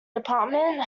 department